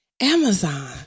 amazon